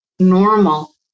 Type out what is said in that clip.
normal